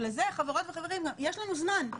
ולזה חברות וחברים יש לנו זמן.